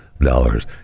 dollars